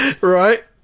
right